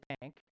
bank